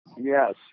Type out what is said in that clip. Yes